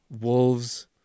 wolves